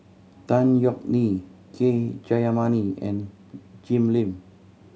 Tan Yeok Nee K Jayamani and Jim Lim